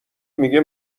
میگه